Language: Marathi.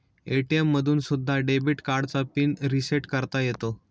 ए.टी.एम मधून सुद्धा डेबिट कार्डचा पिन रिसेट करता येतो